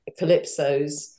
calypsos